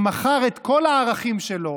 שמכר את כל הערכים שלו,